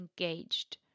engaged